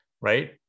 right